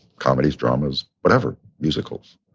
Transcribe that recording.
comedies, dramas, whatever. musicals.